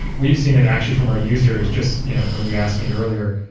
we've seen it actually from our users, just you know when you asked me earlier,